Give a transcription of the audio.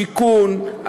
שיכון.